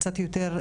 קצת יותר,